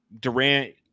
Durant